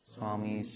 Swami